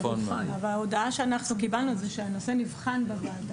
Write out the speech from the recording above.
ההודעה שאנחנו קיבלנו הוא שהנושא נבחן בוועדה.